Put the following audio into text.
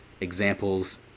examples